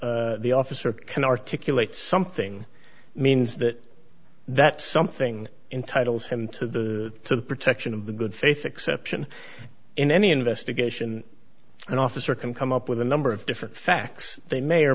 the officer can articulate something means that that something entitle him to the protection of the good faith exception in any investigation an officer can come up with a number of different facts they may or